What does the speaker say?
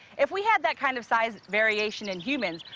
if we had that kind of size variation in humans,